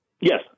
Yes